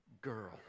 girl